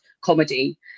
comedy